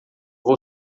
vou